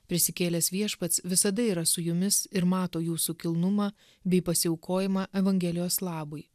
prisikėlęs viešpats visada yra su jumis ir mato jūsų kilnumą bei pasiaukojimą evangelijos labui